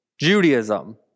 Judaism